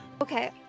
Okay